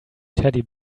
teddy